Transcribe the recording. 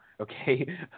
okay